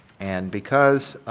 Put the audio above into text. and because